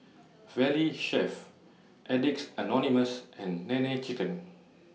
Valley Chef Addicts Anonymous and Nene Chicken